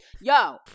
yo